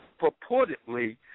purportedly